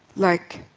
like,